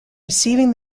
receiving